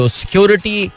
security